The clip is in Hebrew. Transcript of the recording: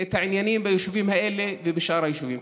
את העניינים ביישובים האלה ובשאר היישובים.